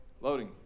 loading